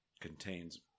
contains